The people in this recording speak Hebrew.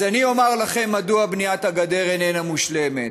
אז אני אומר לכם מדוע בניית הגדר איננה מושלמת.